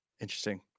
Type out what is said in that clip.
interesting